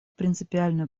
принципиальную